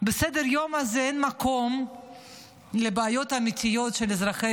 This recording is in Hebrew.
בסדר-היום הזה אין מקום לבעיות האמיתיות של אזרחי